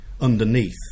underneath